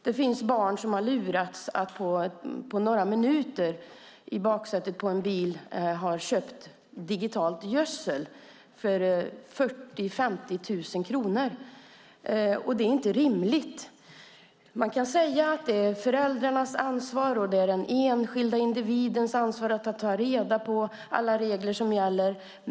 Det finns barn som på bara några minuter har lurats att, i baksätet på en bil, köpa digitalt gödsel för 40 000-50 000 kronor. Det är inte rimligt. Man kan säga att det är den enskilde individens och föräldrarnas ansvar att ta reda på alla regler som gäller.